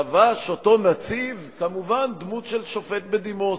לבש אותו נציב כמובן דמות של שופט בדימוס.